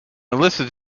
melissa